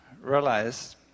realize